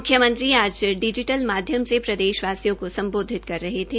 मुख्यमंत्री आज डिजीटल माध्यम से प्रदेशवासियों को संबोधित कर रहे थे